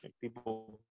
people